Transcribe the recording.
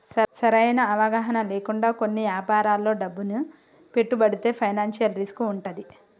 సరైన అవగాహన లేకుండా కొన్ని యాపారాల్లో డబ్బును పెట్టుబడితే ఫైనాన్షియల్ రిస్క్ వుంటది